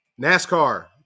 NASCAR